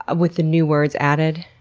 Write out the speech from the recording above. ah with the new words added?